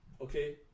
Okay